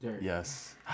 Yes